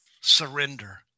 surrender